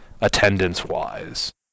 attendance-wise